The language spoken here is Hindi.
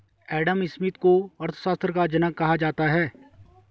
एडम स्मिथ को अर्थशास्त्र का जनक कहा जाता है